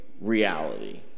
reality